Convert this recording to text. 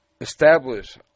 establish